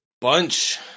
bunch